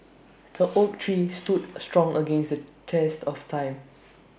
the oak tree stood strong against the test of time